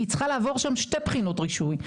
היא צריכה לעבור שם שתי בחינות רישוי.